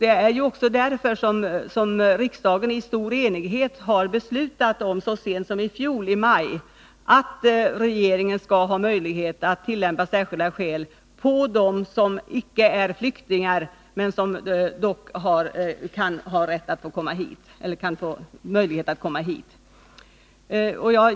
Det kan få den effekten jag angav. Så sent som i maj i fjol beslutade ju riksdagen i stor enighet att regeringen skall ha möjlighet att tillämpa ”särskilda skäl” på dem som icke är flyktingar men likväl kan få möjlighet att komma hit.